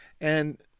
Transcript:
And-